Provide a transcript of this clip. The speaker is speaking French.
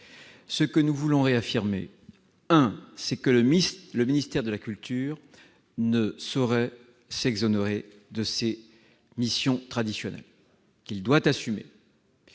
nous voulons réaffirmer que le ministère de la culture ne saurait s'exonérer de ses missions traditionnelles, qu'il doit assumer.